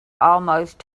almost